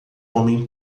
homem